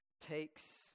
Takes